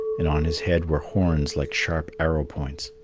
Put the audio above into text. and on his head were horns like sharp arrow-points.